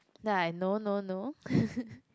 then I no no no